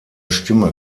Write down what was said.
stimme